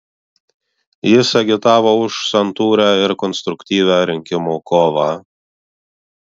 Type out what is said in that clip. jis agitavo už santūrią ir konstruktyvią rinkimų kovą